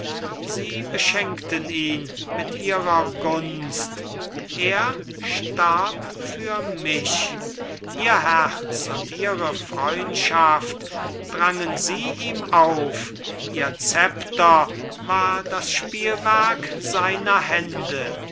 sie beschenkten ihn mit ihrer gunst er starb für mich ihr herz und ihre freundschaft drangen sie ihm auf ihr szepter war das spielwerk seiner hände